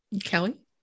Kelly